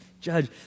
judge